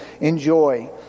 enjoy